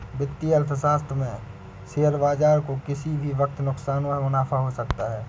वित्तीय अर्थशास्त्र में शेयर बाजार को किसी भी वक्त नुकसान व मुनाफ़ा हो सकता है